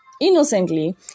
innocently